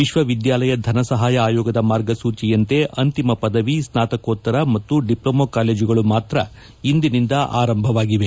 ವಿಶ್ವವಿದ್ಯಾಲಯ ಧನಸಹಾಯ ಆಯೋಗದ ಮಾರ್ಗಸೂಚಿಯಂತೆ ಅಂತಿಮ ಪದವಿ ಸ್ನಾತಕೋತ್ತರ ಮತ್ತು ಡಿಪ್ಲಮೊ ಕಾಲೇಜುಗಳು ಮಾತ್ರ ಇಂದಿನಿಂದ ಆರಂಭವಾಗಿವೆ